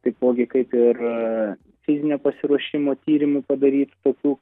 taipogi kaip ir fizinio pasiruošimo tyrimų padarytų tokių